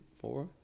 four